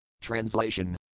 Translation